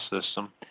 system